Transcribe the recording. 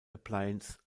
appliance